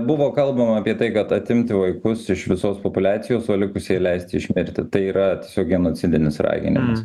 buvo kalbama apie tai kad atimti vaikus iš visos populiacijos o likusiai leisti išmirti tai yra tiesiog genocidinis raginimas